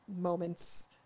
moments